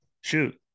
Shoot